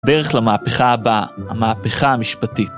דרך למהפכה הבאה, המהפכה המשפטית.